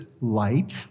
light